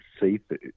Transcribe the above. seafood